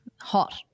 Hot